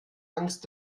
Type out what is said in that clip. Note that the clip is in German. angst